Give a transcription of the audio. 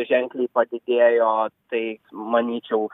ženkliai padidėjo tai manyčiau